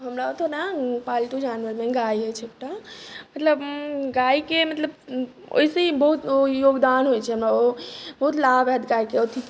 हमरा ओतऽ ने पालतू जानवरमे गाइ होइ छै एकटा मतलब गाइके मतलब ओइसे ही बहुत योगदान होइ छै हमरा बहुत लाभ हैत गाइके अथी